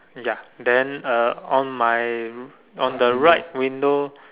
ya then uh on my r~ on the right window